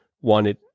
wanted